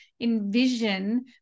envision